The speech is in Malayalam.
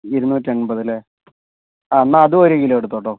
ഇരുന്നൂറ്റി എൺപത് അല്ലേ ആഹ് എന്നാൽ അതും ഒരു കിലോ എടുത്തോ കേട്ടോ